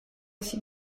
aussi